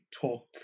talk